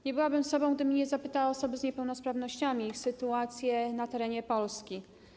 Nie byłabym sobą, gdyby nie zapytała o osoby z niepełnosprawnościami i ich sytuację na terenie Polski.